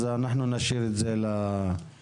אז אנחנו נשאיר את זה לתשובות,